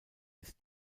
ist